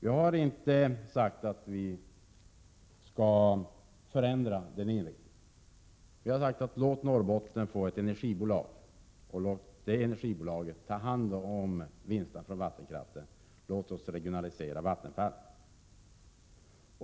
Vi har inte talat om en förändrad inriktning, utan vi har sagt: Låt Norrbotten få ett energibolag och låt det energibolaget ta hand om vinsten från vattenkraften! Låt oss regionalisera Vattenfall!